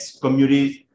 communities